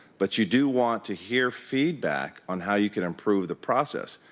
but, you do want to hear feedback on how you can improve the process,